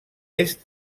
est